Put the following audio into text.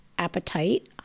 Appetite